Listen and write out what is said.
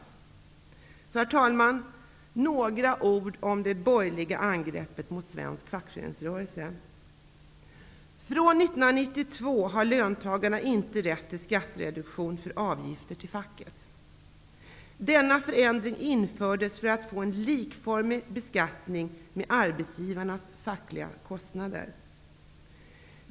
Så vill jag, herr talman, säga några ord om det borgerliga angreppet mot svensk fackföreningsrörelse. fr.o.m. 1992 har löntagarna inte rätt till skattereduktion för avgifter till facket. Denna förändring infördes för att ge likformighet med beskattningen av arbetsgivarnas fackliga kostnader.